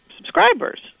Subscribers